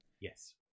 yes